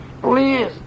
Please